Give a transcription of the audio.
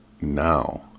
now